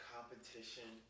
Competition